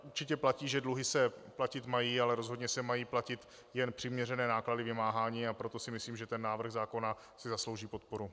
Určitě platí, že dluhy se platit mají, ale rozhodně se mají platit jen přiměřené náklady vymáhání, a proto si myslím, že návrh zákona si zaslouží podporu.